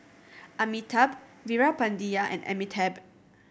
Amitabh Veerapandiya and Amitabh